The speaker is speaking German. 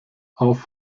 auf